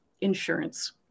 insurance